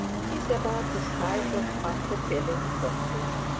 he is about the size of unc' billy possum,